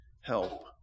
help